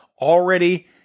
already